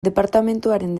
departamenduaren